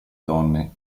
donne